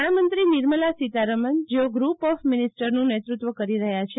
નાણામંત્રી નિર્મલા સીતારમન જેઓ group of મિનિસ્ટરનું નેતૃત્વ કરી રહ્યા છે